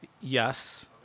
Yes